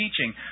teaching